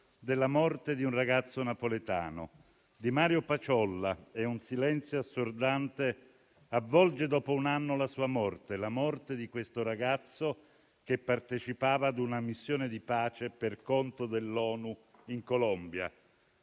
della morte di un giovane napoletano, Mario Paciolla, e un silenzio assordante avvolge dopo un anno la morte di questo ragazzo che partecipava ad una missione di pace per conto dell'ONU in Colombia.